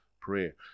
prayer